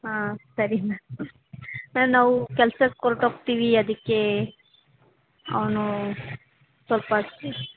ಹಾಂ ಸರಿ ma'am ma'am ನಾವು ಕೆಲ್ಸಕ್ಕೆ ಹೊರಟೋಗ್ತೀವಿ ಅದಕ್ಕೇ ಅವನು ಸ್ವಲ್ಪ ಸ್ಟ್ರಿಕ್ಟ್